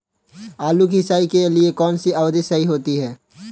आलू की सिंचाई के लिए कौन सी विधि सही होती है?